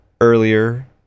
earlier